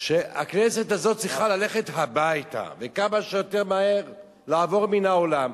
שהכנסת הזאת צריכה ללכת הביתה וכמה שיותר מהר לעבור מן העולם.